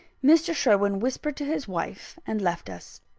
mr. sherwin whispered to his wife, and left us.